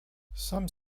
some